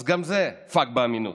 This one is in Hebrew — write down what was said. אז גם זה פאק באמינות,